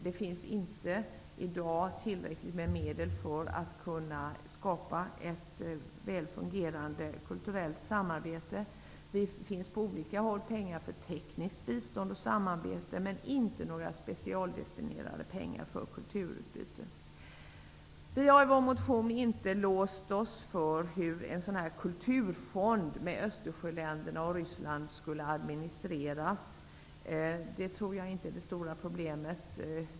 Det finns i dag inte tillräckligt med medel för att kunna skapa ett väl fungerande kulturellt samarbete. På olika håll finns pengar för tekniskt bistånd och samarbete, men det finns inte några pengar specialdestinerade för kulturutbyte. Vi har i vår motion inte låst oss för hur en kulturfond för Östersjöländerna och Ryssland skulle administreras. Det tror jag inte är det stora problemet.